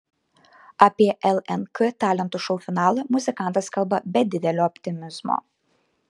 apie lnk talentų šou finalą muzikantas kalba be didelio optimizmo